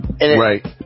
Right